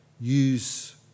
use